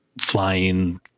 Flying